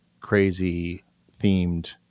crazy-themed